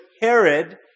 Herod